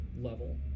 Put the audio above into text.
Level